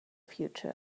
future